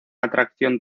atracción